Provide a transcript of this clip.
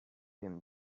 him